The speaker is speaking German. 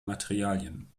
materialien